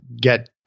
get